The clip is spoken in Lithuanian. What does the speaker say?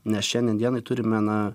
nes šiandien dienai turime na